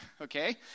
okay